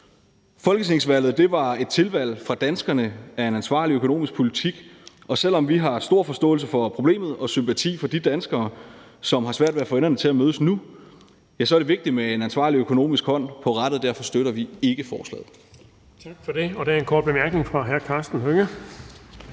Folketingsvalget var fra danskernes side et tilvalg af en ansvarlig økonomisk politik, og selv om vi har stor forståelse for problemet og sympati for de danskere, som har svært ved at få enderne til at mødes nu, så er det vigtigt med en ansvarlig økonomisk hånd på rattet, og derfor støtter vi ikke forslaget. Kl. 18:52 Den fg. formand (Erling Bonnesen): Tak for det. Og der er en kort bemærkning fra hr. Karsten Hønge.